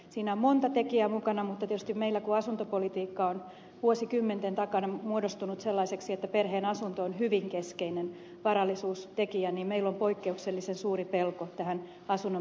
siinä on monta tekijää mukana mutta tietysti meillä kun asuntopolitiikka on vuosikymmenten takana muodostunut sellaiseksi että perheen asunto on hyvin keskeinen varallisuustekijä on poikkeuksellisen suuri pelko tähän asunnon menettämiseen liittyen